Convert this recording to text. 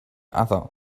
other